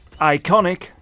Iconic